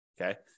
Okay